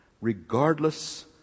regardless